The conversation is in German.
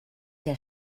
der